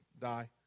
die